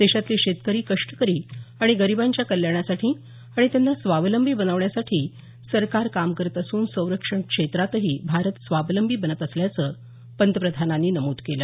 देशातले शेतकरी कष्टकरी आणि गरिबांच्या कल्याणासाठी आणि त्यांना स्वावलंबी बनवण्यासाठी सरकार काम करत असून संरक्षण क्षेत्रातही भारत स्वावलंबी बनत असल्याचं पंतप्रधानांनी नमूद केलं